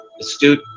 astute